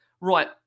Right